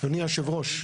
אדוני יושב הראש,